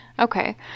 Okay